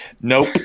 nope